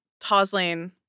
Toslane